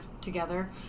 together